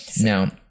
Now